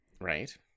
Right